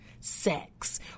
sex